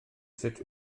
sut